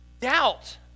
doubt